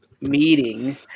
meeting